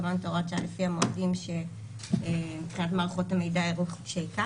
קבענו את הוראת השעה לפי המועדים שמבחינת מערכות המידע --- מקסימום.